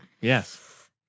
Yes